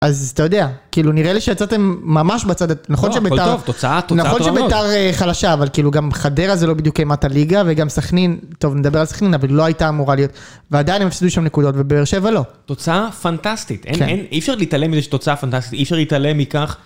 אז אתה יודע, כאילו נראה לי שיצאתם ממש בצד, נכון שבית"ר חלשה, אבל כאילו גם חדרה זה לא בדיוק אימת הליגה, וגם סכנין, טוב נדבר על סכנין, אבל היא לא הייתה אמורה להיות, ועדיין הם הפסידו שם נקודות, ובאר שבע לא. תוצאה פנטסטית, אי אפשר להתעלם מזה שתוצאה פנטסטית, אי אפשר להתעלם מכך.